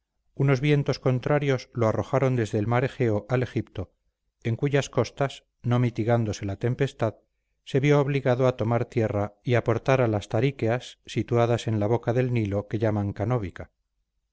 unos vientos contrarios lo arrojaron desde el mar egeo al egipto en cuyas costas no mitigándose la tempestad se vio obligado a tomar tierra y aportar a las taríqueas situadas en la boca del nilo que llaman canóbica